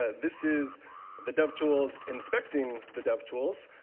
ah this is the dev tools inspecting the dev tools.